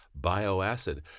Bioacid